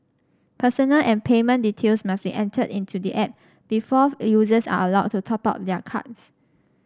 personal and payment details must be entered into the app before users are allowed to top up their cards